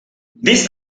this